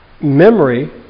Memory